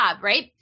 right